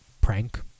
prank